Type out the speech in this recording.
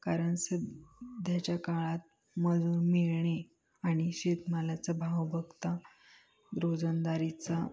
कारण स ध्याच्या काळात मजूर मिळणे आणि शेतमालाचा भाव बघता रोजंदारीचा